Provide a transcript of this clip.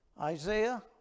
Isaiah